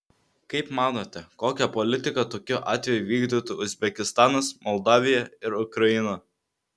kaip manote kokią politiką tokiu atveju vykdytų uzbekistanas moldavija ir ukraina